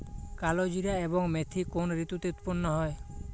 কালোজিরা এবং মেথি কোন ঋতুতে উৎপন্ন হয়?